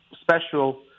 special